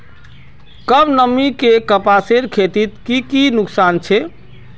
कम नमी से कपासेर खेतीत की की नुकसान छे?